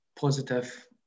positive